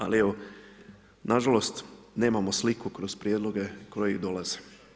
Ali evo na žalost nemamo sliku kroz prijedloge koji dolaze.